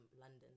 London